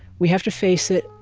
we have to face it.